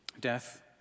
Death